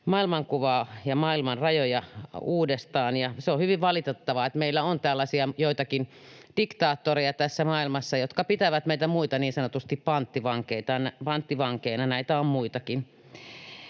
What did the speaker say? maailmankuvaa ja maailman rajoja uudestaan. On hyvin valitettavaa, että meillä on joitakin tällaisia diktaattoreja tässä maailmassa, jotka pitävät meitä muita niin sanotusti panttivankeinaan — näitä on muitakin.